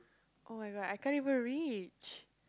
oh-my-god I can't even reach